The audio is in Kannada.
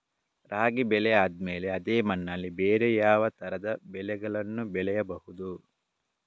ರಾಗಿ ಬೆಳೆ ಆದ್ಮೇಲೆ ಅದೇ ಮಣ್ಣಲ್ಲಿ ಬೇರೆ ಯಾವ ತರದ ಬೆಳೆಗಳನ್ನು ಬೆಳೆಯಬಹುದು?